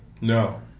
no